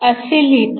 असे लिहितात